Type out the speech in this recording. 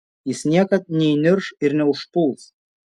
jis niekad neįnirš ir neužpuls